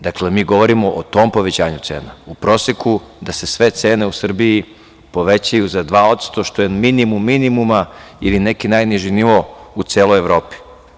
Dakle, mi govorimo o tom povećanju cena, u proseku da se sve cene u Srbiji povećaju za 2% što je minimum minimuma ili neki najniži nivo u celoj Evropi.